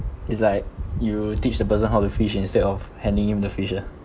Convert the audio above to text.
it's like you teach the person how to fish instead of handing him the fish ah